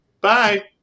Bye